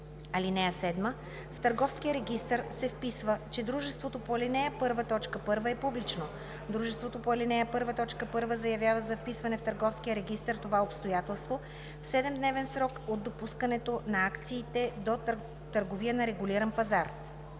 пазар. (7) В Търговския регистър се вписва, че дружеството по ал. 1, т. 1 е публично. Дружеството по ал. 1, т. 1 заявява за вписване в търговския регистър това обстоятелство в 7-дневен срок от допускането на акциите до търговия на регулиран пазар.“